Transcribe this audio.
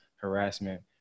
harassment